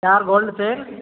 चार गोल्ड चैन